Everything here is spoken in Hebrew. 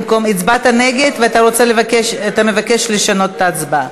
הצבעת נגד ואתה מבקש לשנות את ההצבעה.